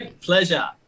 pleasure